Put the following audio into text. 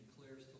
declares